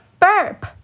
burp